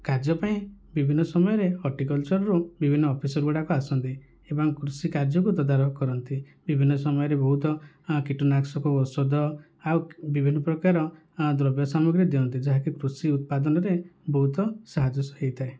କାର୍ଯ୍ୟ ପାଇଁ ବିଭିନ୍ନ ସମୟରେ ହର୍ଟିକଲଚରରୁ ବିଭିନ୍ନ ଅଫିସର ଗୁଡ଼ାକ ଆସନ୍ତି ଏମାନେ କୃଷି କାର୍ଯ୍ୟକୁ ତଦାରଖ କରନ୍ତି ବିଭିନ୍ନ ସମୟରେ ବହୁତ କୀଟନାଶକ ଔଷଧ ଆଉ ବିଭିନ୍ନ ପ୍ରକାର ଦ୍ରବ୍ୟ ସାମଗ୍ରୀ ଦିଅନ୍ତି ଯାହାକି କୃଷି ଉତ୍ପାଦନରେ ବହୁତ ସାହାଯ୍ୟ ହୋଇଥାଏ